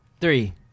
Three